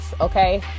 okay